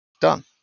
Done